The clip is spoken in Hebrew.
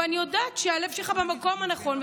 ואני יודעת שהלב שלך במקום הנכון,